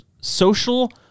social